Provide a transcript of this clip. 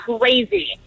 Crazy